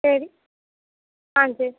சரி ஆ சரி